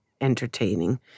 entertaining